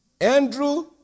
Andrew